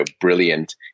brilliant